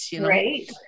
Right